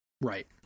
Right